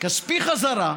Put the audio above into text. כספי חזרה,